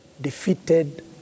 defeated